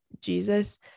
Jesus